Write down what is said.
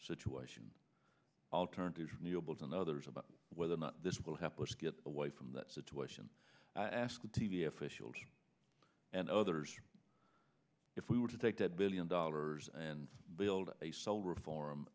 situation alternative newbuild and others about whether or not this will help us get away from that situation ask the t v officials and others if we were to take that billion dollars and build a sole reform